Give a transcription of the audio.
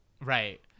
Right